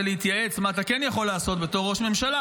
להתייעץ מה אתה כן יכול לעשות בתור ראש ממשלה,